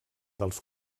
dels